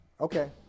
Okay